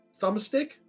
thumbstick